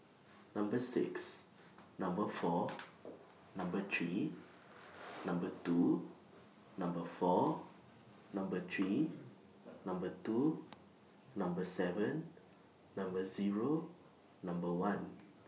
Number six Number four Number three Number two Number four Number three Number two Number seven Number Zero Number one